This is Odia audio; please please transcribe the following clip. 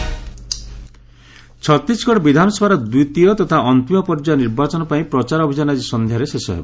ଛତିଶଗଡ଼ ପୋଲ୍ ଛତିଶଗଡ଼ ବିଧାନସଭାର ଦ୍ୱିତୀୟ ତଥା ଅନ୍ତିମ ପର୍ଯ୍ୟାୟ ନିର୍ବାଚନ ପାଇଁ ପ୍ରଚାର ଅଭିଯାନ ଆଜି ସନ୍ଧ୍ୟାରେ ଶେଷ ହେବ